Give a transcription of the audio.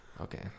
Okay